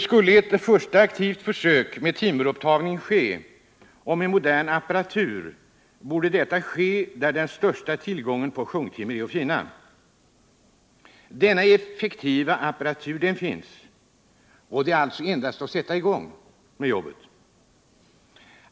Skulle ett första aktivt försök med timmerupptagning ske och då med modern apparatur borde detta äga rum där den största tillgången på sjunktimmer är att finna. Effektiv apparatur finns. Det är bara att sätta i gång med jobbet.